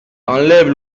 enlève